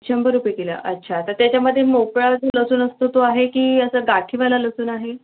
शंभर रुपये किलो आहे अच्छा तर त्याच्यामध्ये मोकळा जो लसूण असतो तो आहे की गाठीवाला लसूण आहे